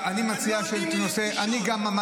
לא מקום אחרון, ממש לא.